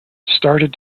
started